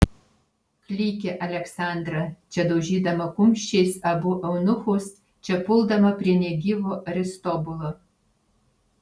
klykė aleksandra čia daužydama kumščiais abu eunuchus čia puldama prie negyvo aristobulo